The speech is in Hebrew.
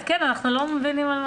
אנחנו לא מבינים,